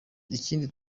ikindi